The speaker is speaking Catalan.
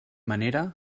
manera